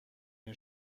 این